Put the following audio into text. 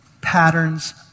patterns